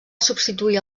substituir